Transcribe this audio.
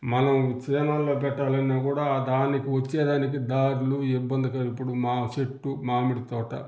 మనం చేనుల్లో పెట్టాలన్నా కూడా దానికి వచ్చేదానికి దార్లు ఇబ్బందిక ఇప్పుడు మా చెట్టు మామిడి తోట